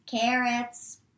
carrots